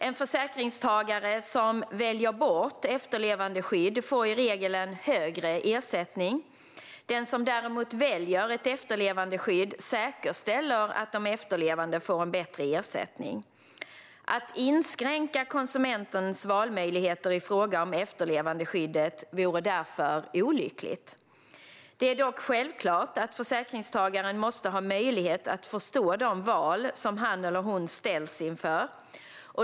En försäkringstagare som väljer bort efterlevandeskydd får i regel en högre ersättning. Den som däremot väljer ett efterlevandeskydd säkerställer att de efterlevande får en bättre ersättning. Att inskränka konsumentens valmöjligheter i fråga om efterlevandeskyddet vore därför olyckligt. Det är dock självklart att försäkringstagaren måste ha möjlighet att förstå de val som han eller hon ställs inför.